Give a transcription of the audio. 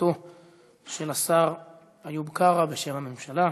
לתשובתו של השר איוב קרא בשם הממשלה.